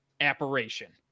Apparition